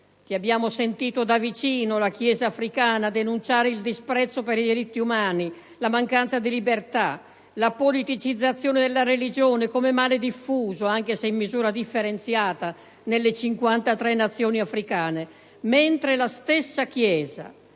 abbiamo sentito da vicino la Chiesa africana denunciare il disprezzo per i diritti umani, la mancanza di libertà, la politicizzazione della religione come male diffuso, anche se in misura differenziata, nelle 53 Nazioni africane, mentre la stessa Chiesa